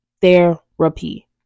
therapy